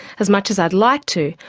as much as i'd like to,